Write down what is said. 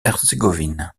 herzégovine